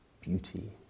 beauty